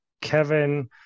Kevin